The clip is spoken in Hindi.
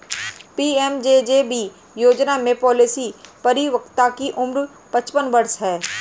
पी.एम.जे.जे.बी योजना में पॉलिसी परिपक्वता की उम्र पचपन वर्ष है